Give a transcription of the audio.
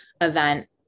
event